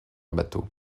bateau